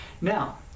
Now